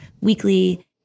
weekly